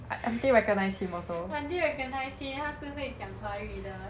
aunty recognised him 他是会讲华语的